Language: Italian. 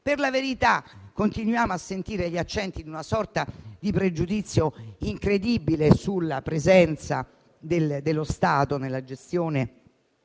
Per la verità, continuiamo a sentire gli accenti di una sorta di pregiudizio incredibile sulla presenza dello Stato nella gestione